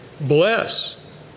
bless